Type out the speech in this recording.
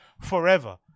forever